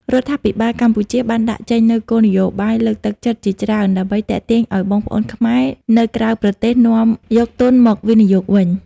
រដ្ឋាភិបាលកម្ពុជាបានដាក់ចេញនូវគោលនយោបាយលើកទឹកចិត្តជាច្រើន ដើម្បីទាក់ទាញឱ្យបងប្អូនខ្មែរនៅក្រៅប្រទេសនាំយកទុនមកវិនិយោគវិញ។